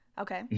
Okay